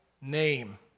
name